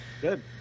Good